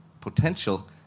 potential